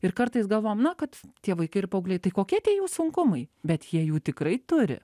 ir kartais galvojam na kad tie vaikai ir paaugliai tai kokie tie jų sunkumai bet jie jų tikrai turi